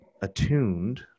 attuned